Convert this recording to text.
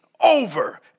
over